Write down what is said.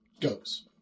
goes